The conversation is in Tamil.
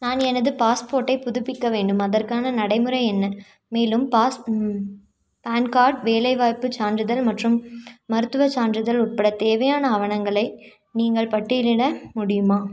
நான் எனது பாஸ்போர்ட்டை புதுப்பிக்க வேண்டும் அதற்கான நடைமுறை என்ன மேலும் பாஸ் பேன் கார்டு வேலைவாய்ப்புச் சான்றிதழ் மற்றும் மருத்துவச் சான்றிதழ் உட்பட தேவையான ஆவணங்களை நீங்கள் பட்டியலிட முடியுமா